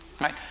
Right